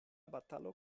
batalo